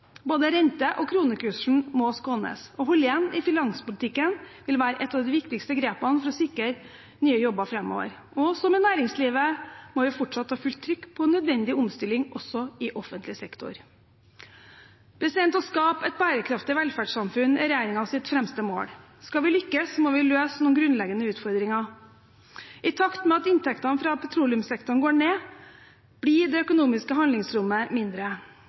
Både rente- og kronekursen må skånes. Å holde igjen i finanspolitikken vil være et av de viktigste grepene for å sikre nye jobber framover, og som i næringslivet må vi fortsatt ha fullt trykk på nødvendig omstilling også i offentlig sektor. Å skape et bærekraftig velferdssamfunn er regjeringens fremste mål. Skal vi lykkes, må vi løse noen grunnleggende utfordringer. I takt med at inntektene fra petroleumssektoren går ned, blir det økonomiske handlingsrommet mindre.